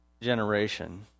generation